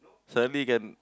slowly can